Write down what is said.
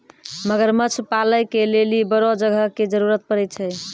मगरमच्छ पालै के लेली बड़ो जगह के जरुरत पड़ै छै